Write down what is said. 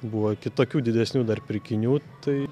buvo kitokių didesnių dar pirkinių tai